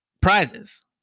prizes